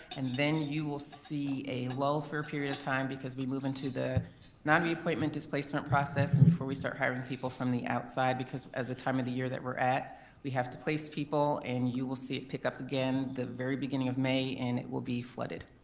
and then you will see a lull for a period of time because we move into the non-reappointment displacement process and before we start hiring people from the outside because of the time of the year that we're at we have to place people and you will see it pick up again the very beginning of may and it will be flooded.